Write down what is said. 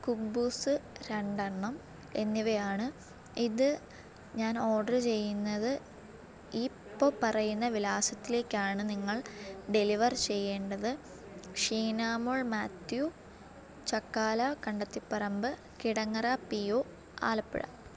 കുബ്ബൂസ്സ് രണ്ടെണ്ണം എന്നിവയാണ് ഇത് ഞാൻ ഓഡ്റ് ചെയ്യുന്നത് ഈ ഇപ്പോള് പറയുന്ന വിലാസത്തിലേക്കാണ് നിങ്ങൾ ഡെലിവർ ചെയ്യേണ്ടത് ഷീനാ മോൾ മാത്യു ചക്കാല കണ്ടത്തിപ്പറമ്പ് കിടങ്ങറ പി ഒ ആലപ്പുഴ